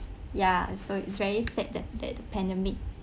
ya so it's very sad that that the pandemic